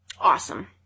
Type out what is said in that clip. awesome